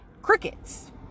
crickets